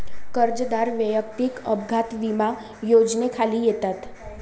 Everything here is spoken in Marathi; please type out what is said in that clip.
कर्जदार वैयक्तिक अपघात विमा योजनेखाली येतात